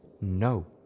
No